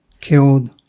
killed